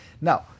Now